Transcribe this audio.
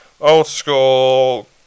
Old-school